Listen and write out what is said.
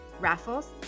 Raffles